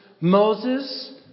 Moses